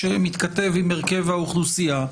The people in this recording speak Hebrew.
שמתכתב עם הרכב האוכלוסייה,